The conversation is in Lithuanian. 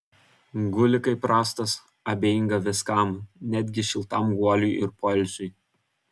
guli kaip rąstas abejinga viskam netgi šiltam guoliui ir poilsiui